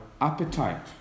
appetite